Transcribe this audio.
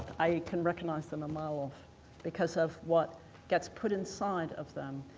i can recognise them a mile off because of what gets put inside of them.